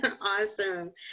awesome